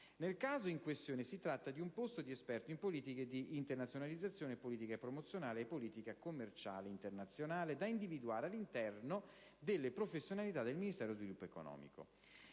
Nel caso in questione, si tratta di un posto di esperto in politiche di internazionalizzazione, politica promozionale e politica commerciale internazionale, da individuare all'interno delle professionalità del Ministero dello sviluppo economico.